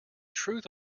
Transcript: truth